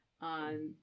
on